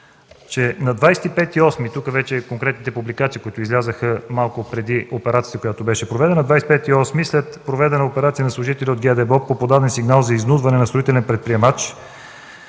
е важно – тук вече са конкретните публикации, които излязоха малко преди операцията, която беше проведена – на 25.08 след проведена операция на служители от ГДБОП по подаден сигнал за изнудване на строителен предприемач